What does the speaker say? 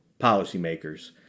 policymakers